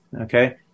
Okay